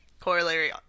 Corollary